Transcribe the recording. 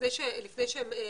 לפני שפרופ'